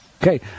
Okay